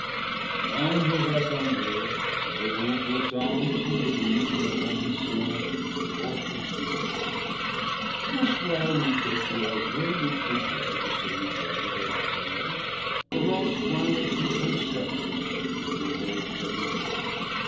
assemblés et vous puissances revenues d'une com mission infructeuse ne soyez ni découragés ni troublés de ces nouvelles de la terre que vos soins les plus sincères ne pouvaient prévenir